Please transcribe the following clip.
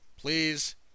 please